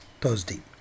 Thursday